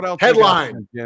Headline